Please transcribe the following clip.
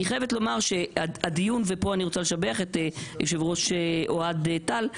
אני רוצה לשבח את היושב-ראש אוהד טל,